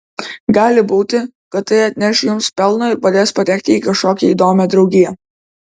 gali būti kad tai atneš jums pelno ir padės patekti į kažkokią įdomią draugiją